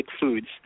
foods